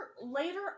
Later